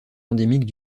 endémiques